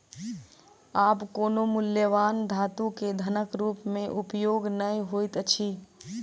आब कोनो मूल्यवान धातु के धनक रूप में उपयोग नै होइत अछि